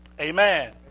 Amen